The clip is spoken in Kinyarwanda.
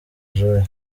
joy